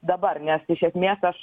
dabar nes iš esmės aš